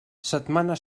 setmana